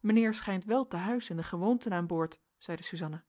mijnheer schijnt wel te huis in de gewoonten aan boord zeide suzanna